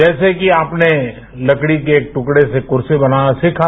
जैसे की आपने लकड़ी के टुकड़े से कुर्सी बनाना सीखा